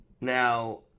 Now